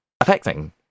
affecting